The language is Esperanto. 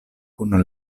kun